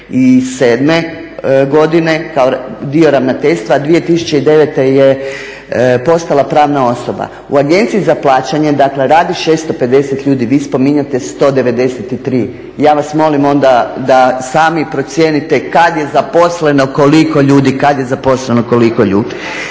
2007. godine kao dio ravnateljstva, a 2009. je postala pravna osoba. U Agenciji za plaćanje dakle radi 650 ljudi, vi spominjete 193. Ja vas molim onda da sami procijenite kad je zaposleno koliko ljudi. Vezano za jedinice